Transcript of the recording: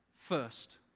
first